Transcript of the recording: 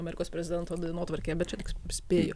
amerikos prezidento dienotvarkėje bet čia spėju